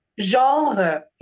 genre